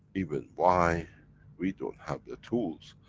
even why we don't have the tools,